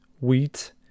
wheat